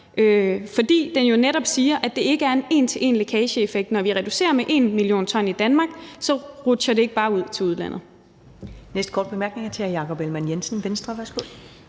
siger jo netop, at det ikke er en en til en-lækageeffekt; så når vi reducerer 1 mio. t i Danmark, rutsjer det ikke bare ud til udlandet.